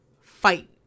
fight